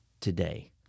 today